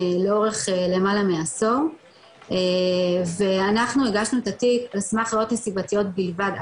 לאורך למעלה מעשור ואנחנו הגשנו את התיק על סמך ראיות נסיבתיות בלבד,